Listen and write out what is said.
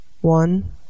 One